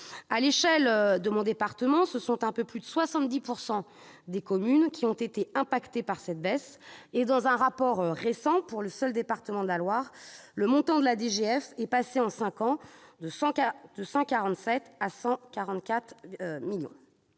À l'échelle de mon département, ce sont un peu plus de 70 % des communes qui ont été touchées par cette baisse. Selon un rapport récent, pour le seul département de la Loire, le montant de la DGF est passé en cinq ans de 147 millions